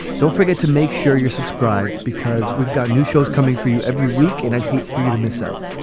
don't forget to make sure you're subscribed because we've got new shows coming for you every week and i'd hate for you to miss out.